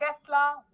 Tesla